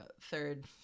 third